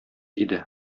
иде